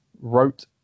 wrote